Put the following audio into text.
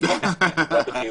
זה היה בחיוך.